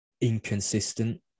inconsistent